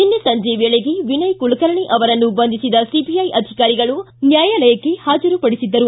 ನಿನ್ನೆ ಸಂಜೆ ವೇಳೆಗೆ ವಿನಯ್ ಕುಲಕರ್ಣಿ ಅವರನ್ನು ಬಂಧಿಸಿದ ಸಿಬಿಐ ಅಧಿಕಾರಿಗಳು ನ್ಯಾಯಾಲಯಕ್ಕೆ ಹಾಜರುಪಡಿಸಿದ್ದರು